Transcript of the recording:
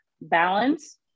balance